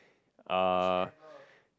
uh